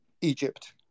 Egypt